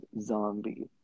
zombie